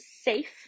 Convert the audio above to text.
safe